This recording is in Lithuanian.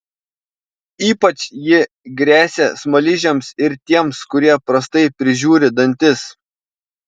ypač ji gresia smaližiams ir tiems kurie prastai prižiūri dantis